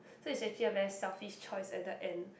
so is actually a very selfish choice at the end